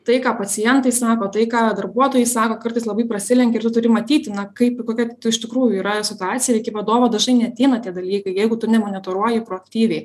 tai ką pacientai sako tai ką darbuotojai sako kartais labai prasilenkia ir tu turi matytina kaip kokia iš tikrųjų yra situacija ir iki vadovo dažnai neateina tie dalykai jeigu tu ne monitoruoji proaktyviai